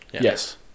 Yes